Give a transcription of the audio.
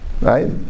right